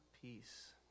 peace